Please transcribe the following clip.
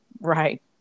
Right